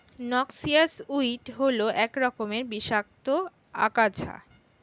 noxious weed হল এক রকমের বিষাক্ত আগাছা